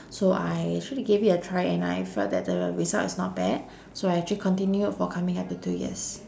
so I actually gave it a try and I felt that the result is not bad so I actually continued for coming up to two years